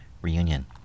reunion